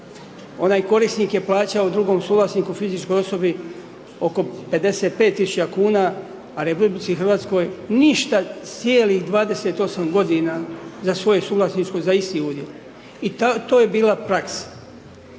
onaj korisnik je plaćao drugom suvlasniku, fizičkoj osobi oko 55.000,00 kn, a RH ništa cijelih 28 godina za svoje suvlasništvo, za isti udjel. I to je bila praksa.